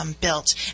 Built